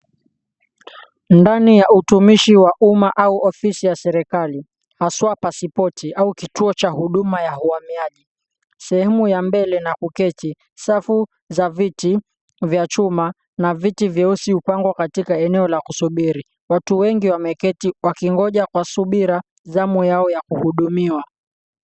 Ndani ya utumishi wa umma au ofisi ya serikali, haswa passport au kituo cha huduma ya uhamiaji. Sehemu ya mbele na kuketi, safu za viti vya chuma na viti vyeusi hupangwa katika eneo la kusubiri. Watu wengi wameketi wakingoja kwa subira zamu yao ya kuhudumiwa.